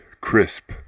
crisp